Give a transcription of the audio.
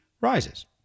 rises